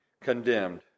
condemned